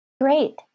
Great